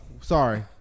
Sorry